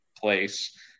place